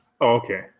okay